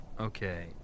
Okay